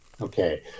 Okay